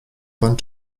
pan